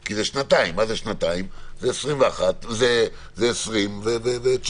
כי זה שנתיים זה השנים 2020 ו-2019.